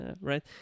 right